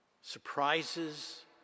surprises